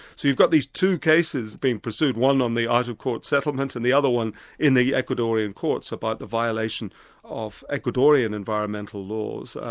so you've got these two cases being pursued, one on the out-of-court settlement, and the other one in the ecuadorian courts about the violation of ecuadorian environmental laws.